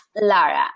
Lara